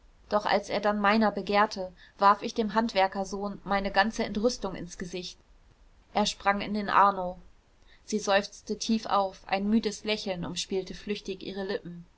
doch als er dann meiner begehrte warf ich dem handwerkerssohn meine ganze entrüstung ins gesicht er sprang in den arno sie seufzte tief auf ein müdes lächeln umspielte flüchtig ihre lippen